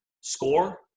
score